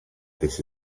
this